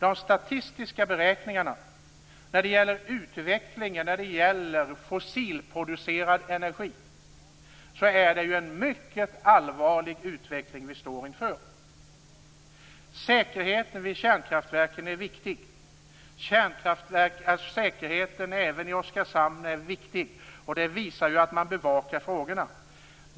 De statistiska beräkningarna över utvecklingen för fossilproducerad energi visar att det är en mycket allvarlig utveckling vi står inför. Säkerheten vid kärnkraftverken är viktig. Säkerheten även i Oskarshamn är viktig. Det faktum att man bevakar frågorna visar på detta.